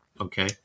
Okay